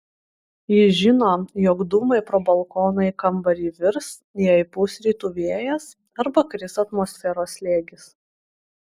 ji žino jog dūmai pro balkoną į kambarį virs jei pūs rytų vėjas arba kris atmosferos slėgis